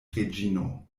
reĝino